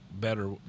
better